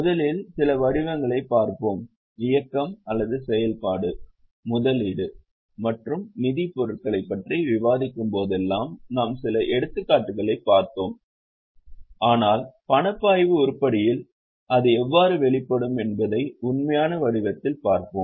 முதலில் சில வடிவங்களைப் பார்ப்போம் இயக்கம் செயல்பாடு முதலீடு மற்றும் நிதிப் பொருட்களைப் பற்றி விவாதிக்கும்போதெல்லாம் நாம் சில எடுத்துக்காட்டுகளைப் பார்த்தோம் ஆனால் பணப்பாய்வு உருப்படியில் அது எவ்வாறு வெளிப்படும் என்பதை உண்மையான வடிவத்தில் பார்ப்போம்